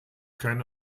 kein